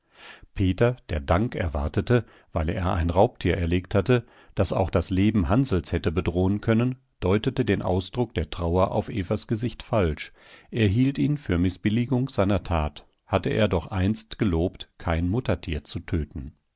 peter der dank erwartete weil er ein raubtier erlegt hatte das auch das leben hansls hätte bedrohen können deutete den ausdruck der trauer auf evas gesicht falsch er hielt ihn für mißbilligung seiner tat hatte er doch einst gelobt kein muttertier zu töten